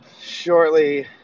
Shortly